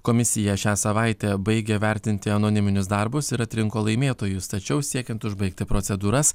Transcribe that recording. komisija šią savaitę baigė vertinti anoniminius darbus ir atrinko laimėtojus tačiau siekiant užbaigti procedūras